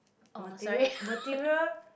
material material